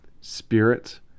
Spirit